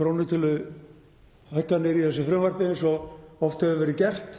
krónutöluhækkanir í þessu frumvarpi eins og oft hefur verið gert,